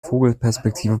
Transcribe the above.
vogelperspektive